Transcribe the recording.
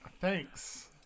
Thanks